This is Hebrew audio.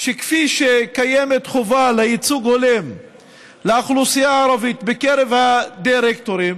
שכפי שקיימת חובה לייצוג הולם לאוכלוסייה הערבית בקרב הדירקטורים,